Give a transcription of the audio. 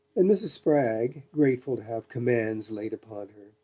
and mrs. spragg, grateful to have commands laid upon her,